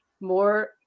more